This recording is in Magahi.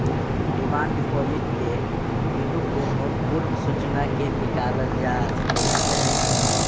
डिमांड डिपॉजिट के बिनु कोनो पूर्व सूचना के निकालल जा सकइ छै